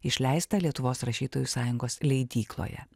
išleista lietuvos rašytojų sąjungos leidykloje